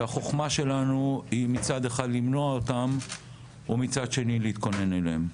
והחוכמה שלנו היא מצד אחד למנוע אותם ומצד שני להתכונן אליהם.